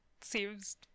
seems